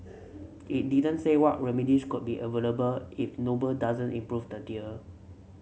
it didn't say what remedies could be available if Noble doesn't improve the deal